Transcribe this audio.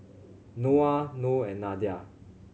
Noah Noh and Nadia